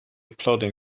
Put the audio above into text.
plodding